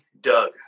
doug